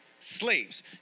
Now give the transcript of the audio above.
slaves